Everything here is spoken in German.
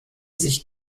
sich